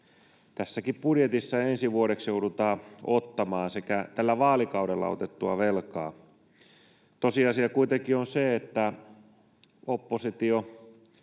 tässäkin budjetissa ensi vuodeksi joudutaan ottamaan, sekä tällä vaalikaudella otettua velkaa. Tosiasia kuitenkin on se, että oppositiopuolue